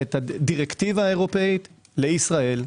את הדירקטיבה האירופאית לישראל.